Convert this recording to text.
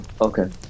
okay